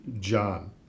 john